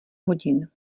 hodin